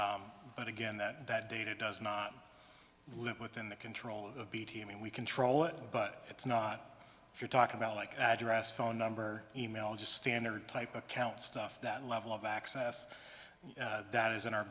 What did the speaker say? but again that data does not live within the control of the bt i mean we control it but it's not if you're talking about like address phone number email just standard type account stuff that level of access that is in our